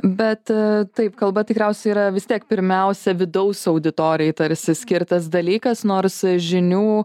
bet taip kalba tikriausiai yra vis tiek pirmiausia vidaus auditorijai tarsi skirtas dalykas nors žinių